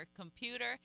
computer